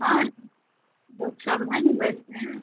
हाँ हाँ डॉक साहब हैं ना बैठते हैं